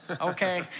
okay